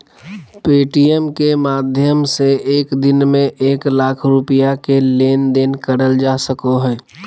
Paytm के माध्यम से एक दिन में एक लाख रुपया के लेन देन करल जा सको हय